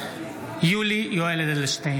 (קורא בשמות חברי הכנסת) יולי יואל אדלשטיין,